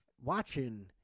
watching